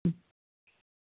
ம்